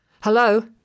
Hello